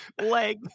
leg